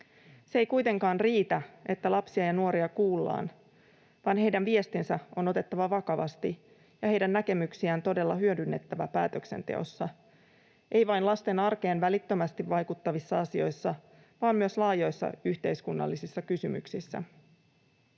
Se ei kuitenkaan riitä, että lapsia ja nuoria kuullaan, vaan heidän viestinsä on otettava vakavasti ja heidän näkemyksiään todella hyödynnettävä päätöksenteossa, ei vain lasten arkeen välittömästi vaikuttavissa asioissa, vaan myös laajoissa yhteiskunnallisissa kysymyksissä.